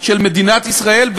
של מדינת ישראל,